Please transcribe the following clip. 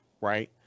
right